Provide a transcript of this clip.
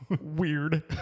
Weird